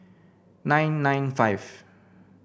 nine nine five